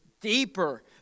deeper